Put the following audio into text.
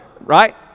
right